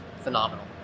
phenomenal